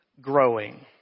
growing